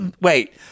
Wait